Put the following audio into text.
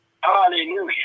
Hallelujah